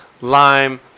lime